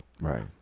right